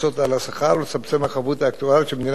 ולצמצם מהחבות האקטוארית של מדינת ישראל בגין גמלאות.